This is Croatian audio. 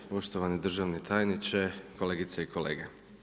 Poštovani državni tajniče, kolegice i kolege.